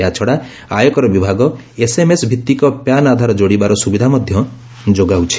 ଏହାଛଡ଼ା ଆୟକର ବିଭାଗ ଏସ୍ଏମ୍ଏସ୍ ଭିତ୍ତିକ ପ୍ୟାନ୍ ଆଧାର ଯୋଡ଼ିବାର ସୁବିଧା ମଧ୍ୟ ଯୋଗାଉଛି